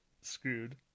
screwed